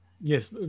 Yes